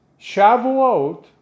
Shavuot